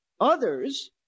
Others